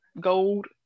Gold